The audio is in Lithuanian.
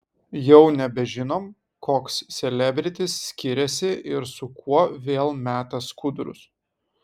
jau nebežinom koks selebritis skiriasi ir su kuo vėl meta skudurus